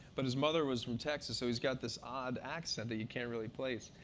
but his mother was from texas, so he's got this odd accent that you can't really place.